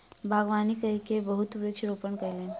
बागवानी कय के बहुत वृक्ष रोपण कयलैन